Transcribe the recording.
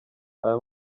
aya